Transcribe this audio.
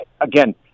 Again